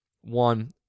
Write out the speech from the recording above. One